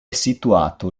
situato